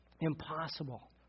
Impossible